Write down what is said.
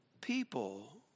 people